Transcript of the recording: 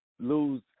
lose